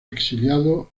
exiliado